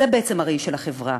זה בעצם הראי של החברה.